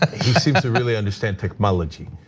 he seems to really understand technology.